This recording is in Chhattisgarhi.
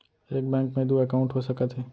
एक बैंक में दू एकाउंट हो सकत हे?